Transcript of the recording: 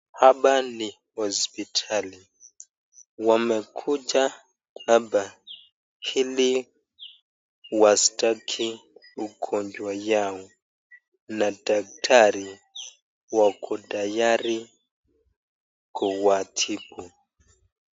Hapa ni hospitali wamekuja hapa hili wastaki ugonjwa yao na daktari wako tayari kuwatibu.